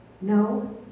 No